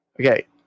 Okay